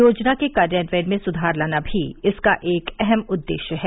योजना के कार्यान्वयन में सुधार लाना भी इसका एक अहम उद्देश्य है